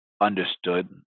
understood